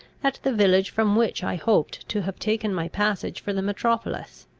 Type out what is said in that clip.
at the village from which i hoped to have taken my passage for the metropolis.